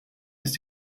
ist